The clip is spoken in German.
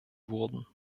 wurden